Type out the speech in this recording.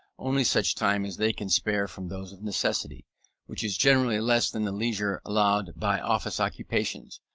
only such time as they can spare from those of necessity which is generally less than the leisure allowed by office occupations,